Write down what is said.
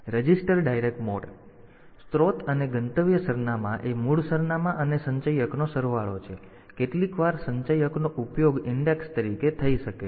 register direct mode સ્ત્રોત અને ગંતવ્ય સરનામાં એ મૂળ સરનામાં અને સંચયકનો સરવાળો છે કેટલીકવાર સંચયકનો ઉપયોગ ઇન્ડેક્સ તરીકે થઈ શકે છે